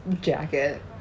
jacket